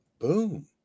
Boom